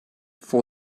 for